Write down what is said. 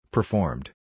Performed